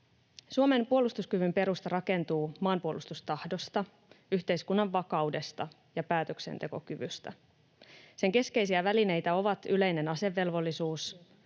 Suomen puolustuskyvyn perusta rakentuu maanpuolustustahdosta, yhteiskunnan vakaudesta ja päätöksentekokyvystä. Sen keskeisiä välineitä ovat yleinen asevelvollisuus,